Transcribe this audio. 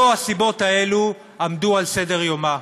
לא הסיבות האלה עמדו על סדר-יומה.